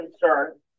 concern